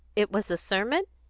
it was a sermon?